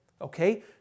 Okay